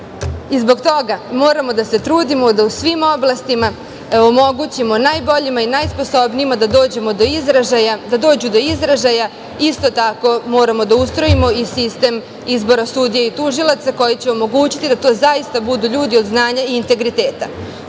oblastima moramo da se trudimo da u svim oblastima omogućimo najboljima, najsposobnijima da dođu do izražaja. Isto tako moramo da ustrojimo sistem izbora sudija i tužilaca koji će omogućiti da to zaista budu ljudi od znanja i integriteta,